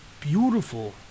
beautiful